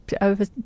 over